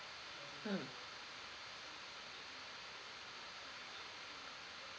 mm